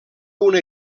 una